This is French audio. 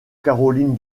caroline